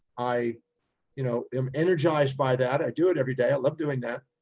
i you know am energized by that. i do it every day. i love doing that.